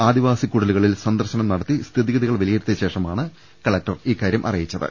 ആദിവാസി കുടിലുകളിൽ സന്ദർശനം നടത്തി സ്ഥിതിഗതികൾ വിലിയിരുത്തിയശേഷമാണ് കലക്ടർ ഇക്കാര്യം അറിയിച്ചത്